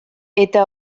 eta